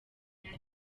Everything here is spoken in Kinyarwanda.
ariyo